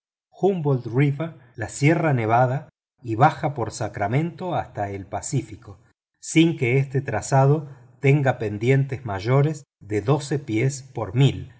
humboldt la sierra nevada y baja por sacramento hasta el pacífico sin que este trazado tenga pendientes mayores de doce pies por mil